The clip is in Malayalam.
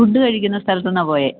ഫുഡ് കഴിക്കുന്ന സ്ഥലത്ത് നിന്നാണ് പോയത്